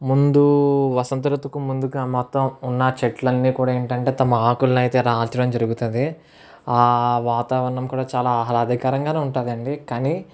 ముందు వసంత ఋతువుకి ముందుగా మొత్తం ఉన్న చెట్లన్నీ కూడా ఏంటంటే తమ ఆకులని అయితే రాల్చడం జరుగుతాది వాతావరణం కూడా చాలా ఆహ్లాదకరంగానే ఉంటుంది అండి కానీ